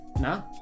no